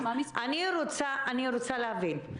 אני רוצה להבין.